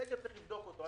בסגר צריך לבדוק אותו.